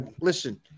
listen